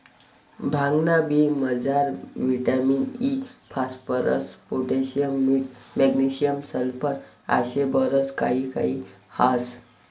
भांगना बी मजार विटामिन इ, फास्फरस, पोटॅशियम, मीठ, मॅग्नेशियम, सल्फर आशे बरच काही काही ह्रास